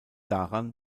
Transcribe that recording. daran